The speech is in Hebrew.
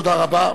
תודה רבה.